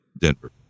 Denver